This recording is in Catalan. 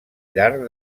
llarg